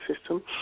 system